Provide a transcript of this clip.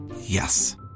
Yes